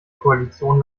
koalition